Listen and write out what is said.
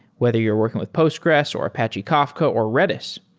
whether you're working with postgres, or apache kafka, or redis,